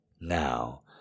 Now